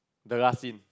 the last scene